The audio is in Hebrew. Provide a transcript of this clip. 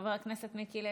חבר הכנסת מיקי לוי,